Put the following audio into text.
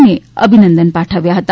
ને અભિનંદન પાઠવ્યા હતા